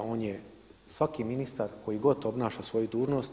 On je svaki ministar koji god obnaša svoju dužnost.